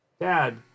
Dad